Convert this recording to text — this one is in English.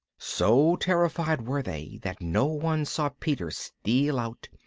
so terrified were they that no one saw peter steal out,